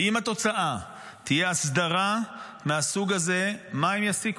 ואם התוצאה תהיה הסדרה מהסוג הזה, מה הם יסיקו?